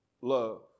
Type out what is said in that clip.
love